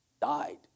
died